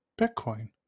Bitcoin